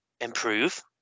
improve